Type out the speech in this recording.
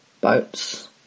boats